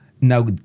Now